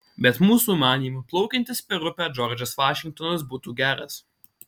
bet mūsų manymu plaukiantis per upę džordžas vašingtonas būtų geras